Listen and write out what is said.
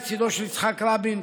לצידו של יצחק רבין,